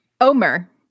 Omer